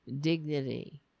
dignity